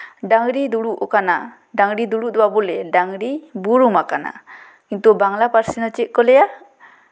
ᱰᱟᱝᱨᱤᱭ ᱫᱩᱲᱩᱵ ᱟᱠᱟᱱᱟ ᱰᱟᱝᱨᱤ ᱫᱩᱲᱩᱵ ᱫᱚ ᱵᱟᱵᱚ ᱞᱟᱹᱭᱟ ᱰᱟᱝᱨᱤ ᱵᱩᱨᱩᱢ ᱟᱠᱟᱱᱟ ᱠᱤᱱᱛᱩ ᱵᱟᱝᱞᱟ ᱯᱟᱹᱨᱥᱤᱨᱮ ᱪᱮᱫ ᱠᱚ ᱞᱟᱹᱭᱟ